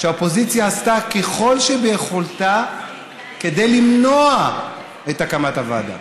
והאופוזיציה עשתה כל שביכולתה כדי למנוע את הקמת הוועדה.